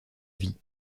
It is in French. vie